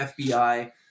FBI